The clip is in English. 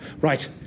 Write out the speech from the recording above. right